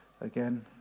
again